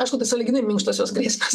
aišku tai sąlyginai minkštosios grėsmės